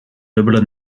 dubbele